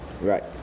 Right